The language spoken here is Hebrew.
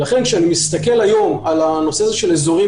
לכן כשאני מסתכל היום על הנושא של אזורים